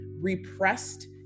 repressed